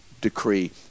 decree